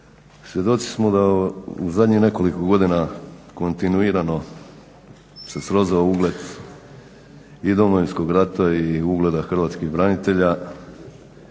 Svjedoci smo da u zadnjih nekoliko godina kontinuirano se srozao ugled i Domovinskog rata i ugleda hrvatskih branitelja,